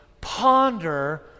ponder